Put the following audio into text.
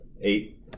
Eight